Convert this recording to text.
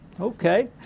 okay